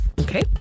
Okay